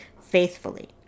faithfully